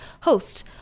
host